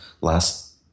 last